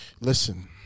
listen